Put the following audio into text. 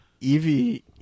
Evie